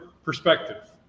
perspective